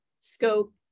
scope